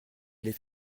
allez